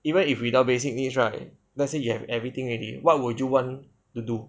even if without basic needs right let's say you have everything already what would you want to do